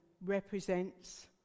represents